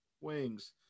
wings